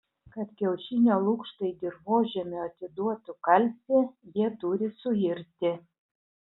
kad kiaušinio lukštai dirvožemiui atiduotų kalcį jie turi suirti